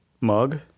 mug